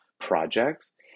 projects